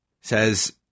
says